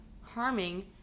harming